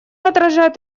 отражает